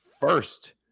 first